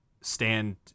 stand